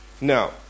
Now